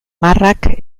marrak